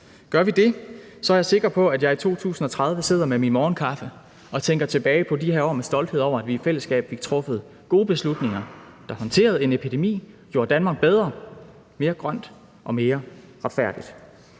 Gør vi det, er jeg sikker på, at jeg i 2030 sidder med min morgenkaffe og tænker tilbage på de her år med stolthed over, at vi i fællesskab fik truffet gode beslutninger, så vi håndterede en epidemi og gjorde Danmark bedre, mere grønt og mere retfærdigt.